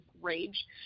rage